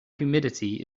humidity